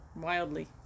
Wildly